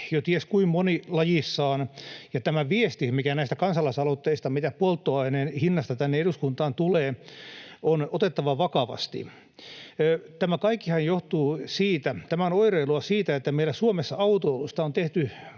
jo ties kuinka mones lajissaan, ja tämä viesti, mikä näistä kansalaisaloitteista tänne eduskuntaan tulee polttoaineen hinnasta, on otettava vakavasti. Tämä kaikkihan on oireilua siitä, että meillä Suomessa autoilusta on tehty